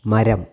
മരം